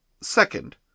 Second